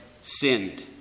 sinned